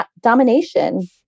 domination